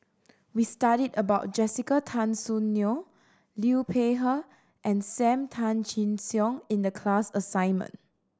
we studied about Jessica Tan Soon Neo Liu Peihe and Sam Tan Chin Siong in the class assignment